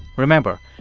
remember,